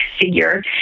figure